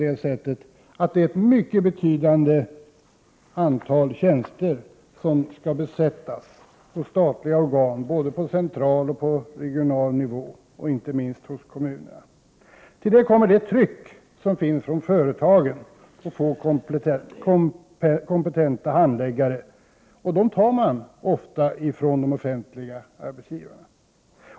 Ett betydande antal tjänster skall besättas inom statliga organ, både på central och regional nivå och inte minst ute i kommunerna. Därtill kommer det tryck som finns från företagen att få kompetenta handläggare. Dem tar man ofta ifrån de offentliga arbetsgivarna.